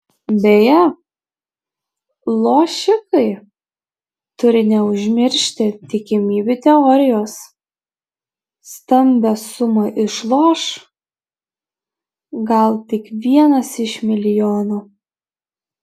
beje lošikai turi neužmiršti tikimybių teorijos stambią sumą išloš gal tik vienas iš milijono